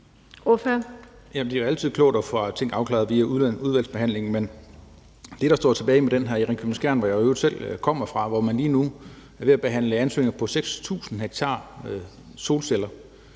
Det er altid klogt at få ting afklaret via udvalgsbehandlingen, men det, der står tilbage med det her i Ringkøbing-Skjern, som jeg i øvrigt selv kommer fra, og hvor man lige nu er ved at behandle ansøgninger om 6.000 ha solceller.